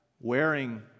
wearing